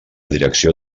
direcció